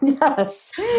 Yes